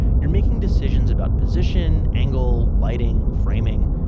you're making decisions about position, angle, lighting, framing,